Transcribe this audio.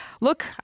look